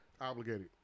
obligated